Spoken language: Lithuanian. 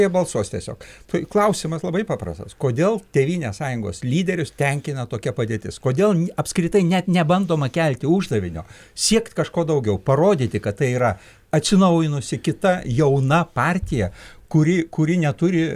jie balsuos tiesiog tai klausimas labai paprastas kodėl tėvynės sąjungos lyderius tenkina tokia padėtis kodėl apskritai net nebandoma kelti uždavinio siekt kažko daugiau parodyti kad tai yra atsinaujinusi kita jauna partija kuri kuri neturi